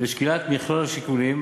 ושקילת מכלול השיקולים,